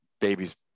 Babies